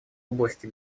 области